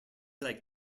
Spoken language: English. like